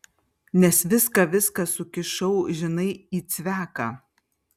nes viską viską sukišau žinai į cveką